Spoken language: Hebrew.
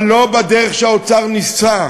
אבל לא בדרך שהאוצר ניסה,